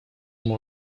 ему